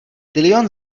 tilion